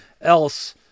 else